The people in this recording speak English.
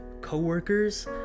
coworkers